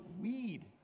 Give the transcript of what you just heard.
weed